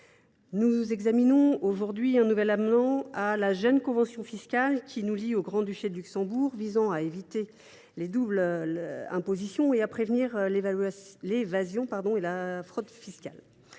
nous examinons aujourd’hui un nouvel avenant à la jeune convention fiscale qui nous lie au Grand Duché du Luxembourg et qui vise à éviter la double imposition ainsi qu’à prévenir l’évasion et la fraude fiscales.